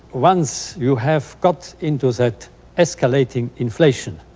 once you have got into that escalating inflation,